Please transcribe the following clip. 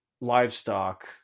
livestock